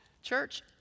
Church